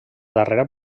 darrera